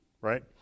right